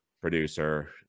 producer